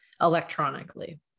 electronically